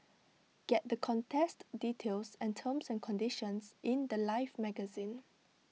get the contest details and terms and conditions in The Life magazine